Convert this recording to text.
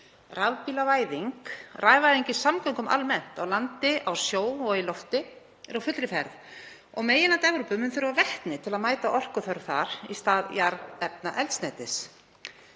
Rafbílavæðing, rafvæðing í samgöngum almennt, á landi, á sjó og í lofti, er á fullri ferð og á meginlandi Evrópu mun þurfa vetni til að mæta orkuþörf þar í stað jarðefnaeldsneytis.